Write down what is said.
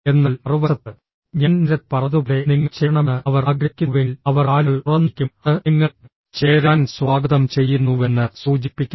എന്നാൽ മറുവശത്ത് ഞാൻ നേരത്തെ പറഞ്ഞതുപോലെ നിങ്ങൾ ചേരണമെന്ന് അവർ ആഗ്രഹിക്കുന്നുവെങ്കിൽ അവർ കാലുകൾ തുറന്നിരിക്കും അത് നിങ്ങളെ ചേരാൻ സ്വാഗതം ചെയ്യുന്നുവെന്ന് സൂചിപ്പിക്കുന്നു